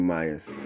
Myers